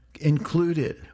included